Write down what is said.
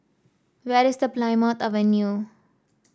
where is Plymouth Avenue